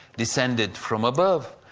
descended from above,